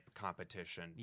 competition